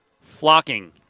flocking